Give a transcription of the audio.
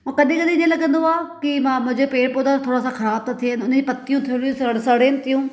उहो कॾहिं कॾहिं जीअं लॻंदो आहे की मां मुंहिंजा पेड़ पौधा थोरा सा ख़राबु थ थियनि हुननि जी पतियूं थोरी सड़नि थियूं